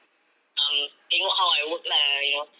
um tengok how I work lah you know